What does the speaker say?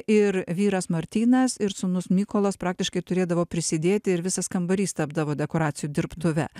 ir vyras martynas ir sūnus mykolas praktiškai turėdavo prisidėti ir visas kambarys tapdavo dekoracijų dirbtuve